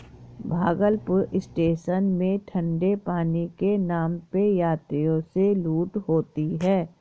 Bhagalpur station में ठंडे पानी के नाम पे यात्रियों से लूट होती है